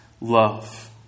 love